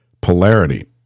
polarity